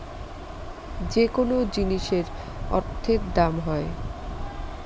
যেকোনো জিনিসের অর্থের দাম হয়